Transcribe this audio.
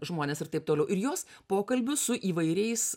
žmones ir taip toliau ir jos pokalbių su įvairiais